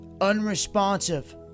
unresponsive